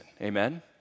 Amen